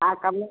हाँ कर लेंगे